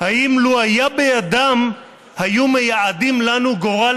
האם לו בידם היו מייעדים לנו גורל